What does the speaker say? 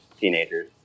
teenagers